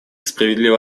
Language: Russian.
справедливо